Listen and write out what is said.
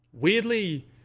Weirdly